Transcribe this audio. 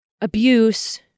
abuse